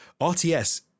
RTS